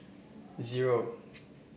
zero